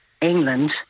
England